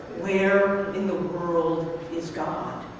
where in the world is god,